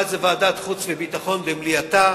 אחד, ועדת החוץ והביטחון במליאתה.